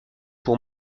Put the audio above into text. pour